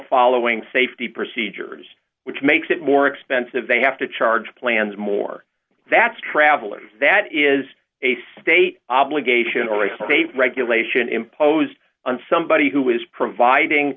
following safety procedures which makes it more expensive they have to charge plans more that's traveling that is a state obligation or a state regulation imposed on somebody who is providing